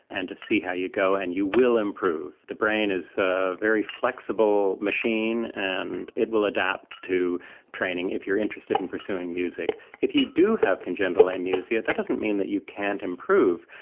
and to see how you go, and you will improve. the brain is a very flexible machine and it will adapt to training, if you are interested in pursuing music. if you do have congenital amusia, that doesn't mean that you can't improve,